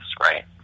right